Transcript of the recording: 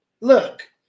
look